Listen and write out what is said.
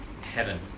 heaven